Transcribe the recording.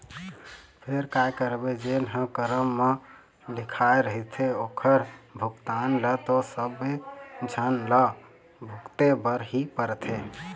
फेर काय करबे जेन ह करम म लिखाय रहिथे ओखर भुगतना ल तो सबे झन ल भुगते बर ही परथे